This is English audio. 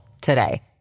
today